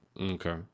Okay